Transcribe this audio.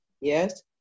Yes